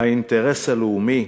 האינטרס הלאומי,